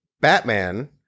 Batman